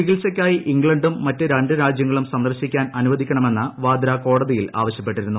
ചികിത്സയ്ക്കായി ഇംഗ്ലണ്ടും മറ്റ് രണ്ട് രാജ്യങ്ങളും സന്ദർശിക്കാൻ അനുവദിക്കണമെന്ന് വാദ്ര കോടതിയിൽ ആവശ്യപ്പെട്ടിരുന്നു